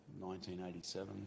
1987